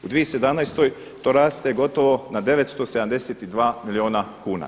U 2017. to raste gotovo na 972 milijuna kuna.